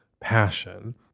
passion